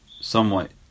somewhat